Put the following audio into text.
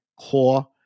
Core